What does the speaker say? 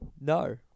No